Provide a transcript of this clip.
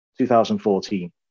2014